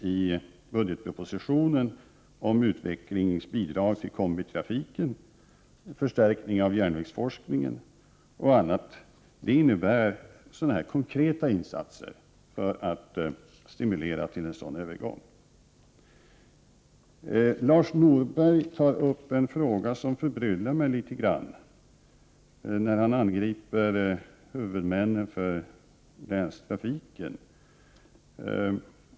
I budgetpropositionen ges utvecklingsbidrag till kombitrafik, förstärkning av järnvägsforskningen och annat som ju är konkreta insatser för att stimulera till en sådan övergång. Lars Norberg tog upp en fråga som förbryllar mig litet. Han angriper huvudmännen för länstrafiken.